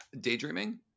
Daydreaming